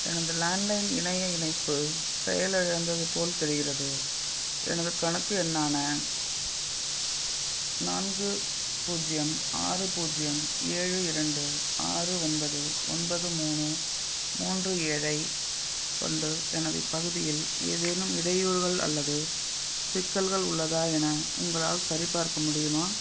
எனது landline இணைய இணைப்பு செயலிழந்தது போல் தெரிகிறது எனது கணக்கு எண்ணான நான்கு பூஜ்ஜியம் ஆறு பூஜ்ஜியம் ஏழு இரண்டு ஆறு ஒன்பது ஒன்பது மூணு மூன்று ஏழை கொண்டு எனது பகுதியில் ஏதேனும் இடையூறுகள் அல்லது சிக்கல்கள் உள்ளதா என உங்களால் சரிபார்க்க முடியுமா